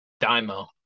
Dymo